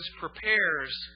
prepares